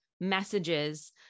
messages